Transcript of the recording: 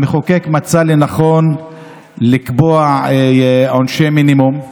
המחוקק מצא לנכון לקבוע בהם עונשי מינימום.